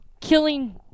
killing